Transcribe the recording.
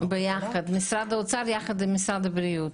משרד האוצר ביחד עם משרד הבריאות,